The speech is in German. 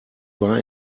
war